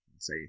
Say